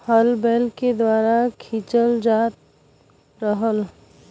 हल बैल के द्वारा खिंचल जात रहल